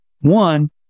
one